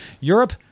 Europe